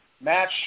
match